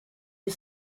you